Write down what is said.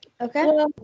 Okay